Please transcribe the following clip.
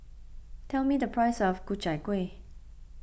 tell me the price of Ku Chai Kuih